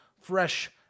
fresh